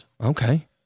Okay